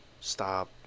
stop